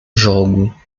jogo